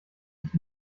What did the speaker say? sich